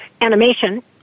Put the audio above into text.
animation